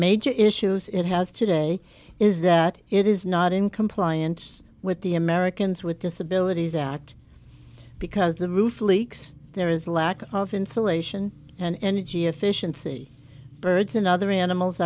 major issues it has today is that it is not in compliance with the americans with disabilities act because the roof leaks there is lack of insulation and energy efficiency birds and other animals